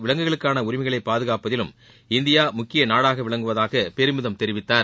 விலங்குகளுக்கான உரிமைகளை பாதுகாப்பதிலும் இந்தியா முக்கிய நாடாக விளங்குவதாக பெருமிதம் தெரிவித்தார்